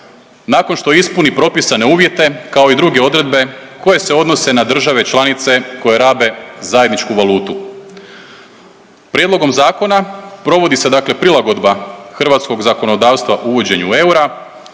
nakon što ispuni propisane uvjete, kao i druge odredbe koje se odnose na države članice koje rabe zajedničku valutu. Prijedlogom zakona provodi se dakle prilagodba hrvatskog zakonodavstva uvođenju eura